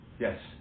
yes